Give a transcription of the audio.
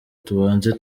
tubanze